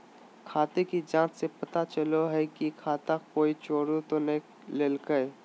खाते की जाँच से पता चलो हइ की खाता कोई चोरा तो नय लेलकय